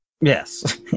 Yes